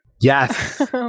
yes